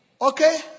Okay